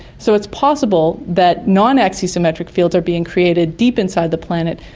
so it's possible that non-axisymmetric fields are being created deep inside the planet,